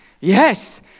yes